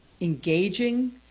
engaging